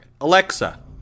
Alexa